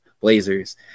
Blazers